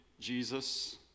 Jesus